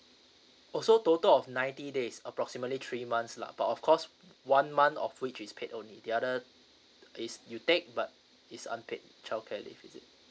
oh so total of ninety days approximately three months lah but of course one month of which is paid only the other is you take but it's unpaid childcare leave is it